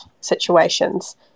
situations